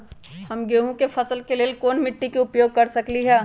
हम गेंहू के फसल के लेल कोन मिट्टी के उपयोग कर सकली ह?